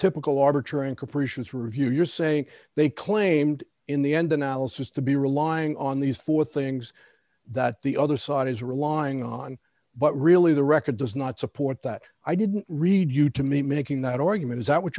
typical arbitrary and capricious review you're saying they claimed in the end analysis to be relying on these four things that the other side is relying on but really the record does not support that i didn't read you to me making that argument is that what